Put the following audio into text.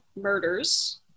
murders